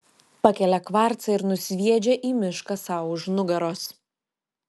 pakelia kvarcą ir nusviedžia į mišką sau už nugaros